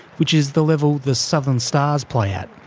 which is the level the southern stars play at,